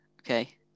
okay